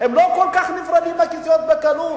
הם לא כל כך נפרדים מהכיסאות בקלות.